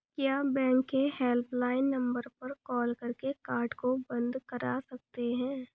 क्या बैंक के helpline number पर कॉल करके कार्ड को बंद करा सकते हैं?